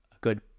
good